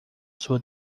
sua